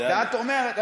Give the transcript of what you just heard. ואת אומרת,